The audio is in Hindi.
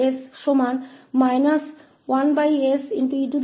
तो आखिरकार हमें क्या मिला